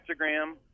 Instagram